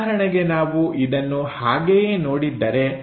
ಉದಾಹರಣೆಗೆ ನಾವು ಇದನ್ನು ಹಾಗೆಯೇ ನೋಡಿದ್ದರೆ